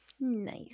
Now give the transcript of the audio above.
Nice